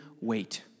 Wait